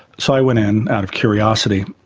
so i went in out of curiosity.